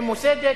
ממוסדת,